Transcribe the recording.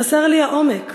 חסר לי העומק,